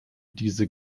diese